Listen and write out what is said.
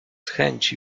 chęci